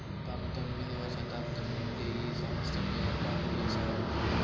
పంతొమ్మిది వ శతాబ్దం నుండే ఈ సంస్థను ఏర్పాటు చేసినారు